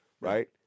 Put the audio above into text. right